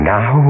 Now